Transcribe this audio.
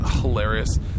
hilarious